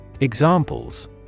Examples